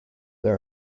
that